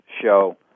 show